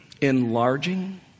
Enlarging